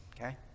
Okay